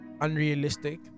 unrealistic